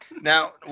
Now